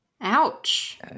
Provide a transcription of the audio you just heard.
ouch